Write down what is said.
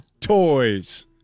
toys